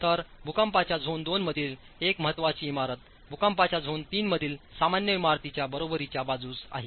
तर भूकंपाच्या zone II मधील एक महत्त्वाची इमारतभूकंपाच्या झोन III मधील सामान्य इमारतीच्या बरोबरीच्या बाजूस आहे